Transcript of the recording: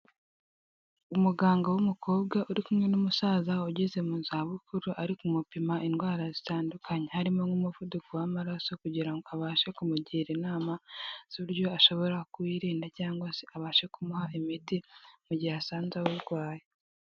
Umuganga w'umukobwa uri kumwe n'umusaza ugeze mu zabukuru, ari kumupima indwara zitandukanye, harimo nk'umuvuduko w'amaraso kugira ngo abashe kumugira inama z'uburyo ashobora kuwirinda cyangwa se abashe kumuha imiti mu gihe asanze awurwaye.